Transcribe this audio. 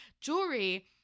jewelry